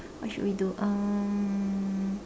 what should we do um